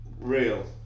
Real